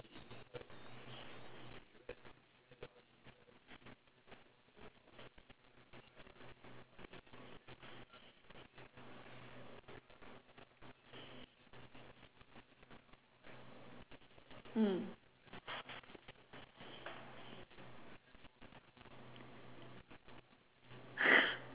mm